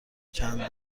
چند